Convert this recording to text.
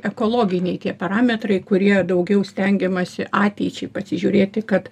ekologiniai tie parametrai kurie daugiau stengiamasi ateičiai pasižiūrėti kad